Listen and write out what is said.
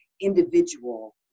individual